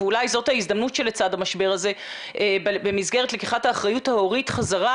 ואולי זאת ההזדמנות שלצד המשבר הזה במסגרת לקיחת האחריות ההורית חזרה,